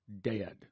dead